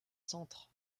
centres